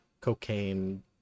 cocaine